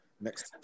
next